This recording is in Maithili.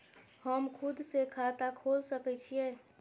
हम खुद से खाता खोल सके छीयै?